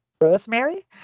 rosemary